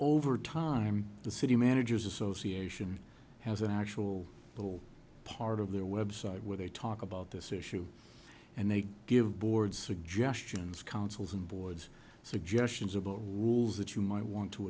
over time the city managers association has an actual little part of their website where they talk about this issue and they give board suggestions councils and boards suggestions about that you might want to